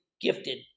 gifted